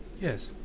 Yes